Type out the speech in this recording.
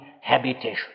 habitation